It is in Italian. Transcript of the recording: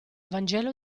vangelo